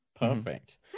perfect